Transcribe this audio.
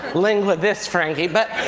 lingua this, frankie. but